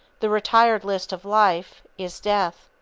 the retired list of life is death.